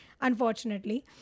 unfortunately